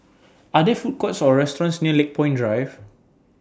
Are There Food Courts Or restaurants near Lakepoint Drive